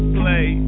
play